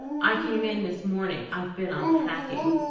i came in this morning. i've been unpacking.